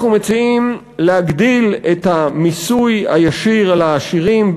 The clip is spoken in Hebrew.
אנחנו מציעים להגדיל את המיסוי הישיר על העשירים,